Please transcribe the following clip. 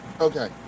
Okay